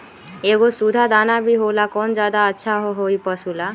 एगो सुधा दाना भी होला कौन ज्यादा अच्छा होई पशु ला?